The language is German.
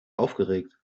aufgeregt